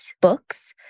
books